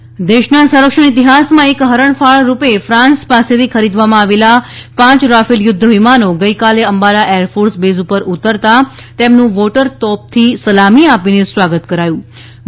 Rafale દેશના સંરક્ષણ ઈતિહાસમાં એક હરણ ફાળ રૂપે ફાન્સ પાસેથી ખરીદવામાં આવેલા પાંચ રાફેલ યુદ્ધ વિમાનો ગઈકાલે અંબાલા એરફોર્સ બેઝપર ઉતરતા તેમનું વોટર તોપની સલામી આપીને સ્વાગત કરાયું હતુ